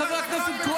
ואם לא הייתי עכשיו פה,